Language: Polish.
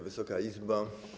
Wysoka Izbo!